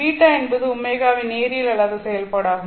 β என்பது ω வின் நேரியல் அல்லாத செயல்பாடு ஆகும்